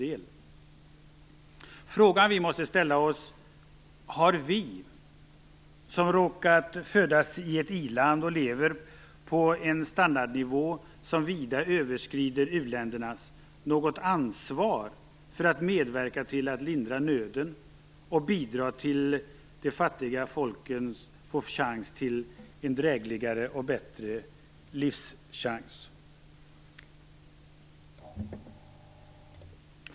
Den fråga vi måste ställa oss är: Har vi, som råkat födas i ett i-land och lever på en standardnivå som vida överskrider u-ländernas, något ansvar för att medverka till att lindra nöden och bidra till att de fattiga folken får möjlighet till ett drägligare liv och bättre livschanser?